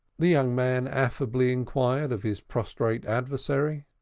the young man affably inquired of his prostrate adversary.